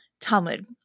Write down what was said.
Talmud